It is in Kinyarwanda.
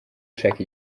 ashaka